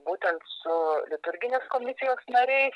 būtent su liturginės komisijos nariais